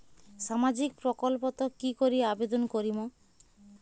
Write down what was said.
সামাজিক প্রকল্পত কি করি আবেদন করিম?